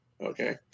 okay